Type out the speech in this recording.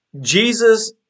Jesus